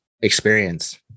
experience